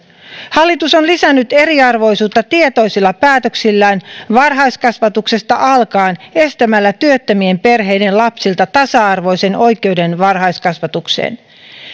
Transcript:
hallitus on lisännyt eriarvoisuutta tietoisilla päätöksillään varhaiskasvatuksesta alkaen estämällä työttömien perheiden lapsilta tasa arvoisen oikeuden varhaiskasvatukseen